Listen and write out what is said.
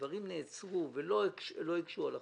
דברים נעצרו ולא הקשו על החברות,